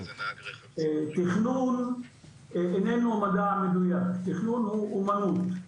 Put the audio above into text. תכנון איננו מדע מדויק, תכנון הוא אומנות.